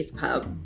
pub